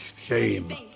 shame